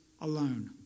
alone